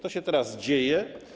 To się teraz dzieje.